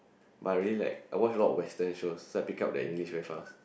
but I really like watch a lot of Western shows so pick up that English very fast